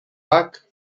bach